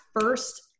first